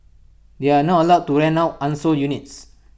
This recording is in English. they are not allowed to rent out unsold units